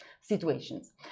situations